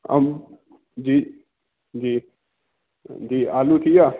जी जी जी आलू थी विया